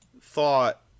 thought